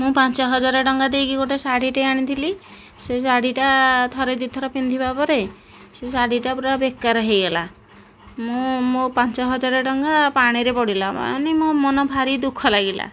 ମୁଁ ପାଞ୍ଚ ହଜାର ଟଙ୍କା ଦେଇକି ଗୋଟେ ଶାଢୀଟେ ଆଣିଥିଲି ସେହି ଶାଢୀଟା ଥରେ ଦୁଇଥର ପିନ୍ଧିବା ପରେ ସେ ଶାଢୀଟା ପୁରା ବେକାର ହେଇଗଲା ମୁଁ ମୋ ପାଞ୍ଚ ହଜାର ଟଙ୍କା ପାଣିରେ ପଡ଼ିଲା ମାନେ ମୋ ମନ ଭାରି ଦୁଃଖ ଲାଗିଲା